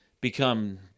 become